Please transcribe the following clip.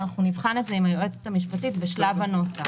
אבל אנחנו נבחן את זה עם היועצת המשפטית של הוועדה בשלב הנוסח.